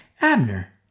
Abner